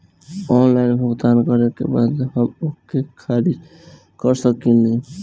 Online भुगतान करे के बाद हम ओके खारिज कर सकेनि?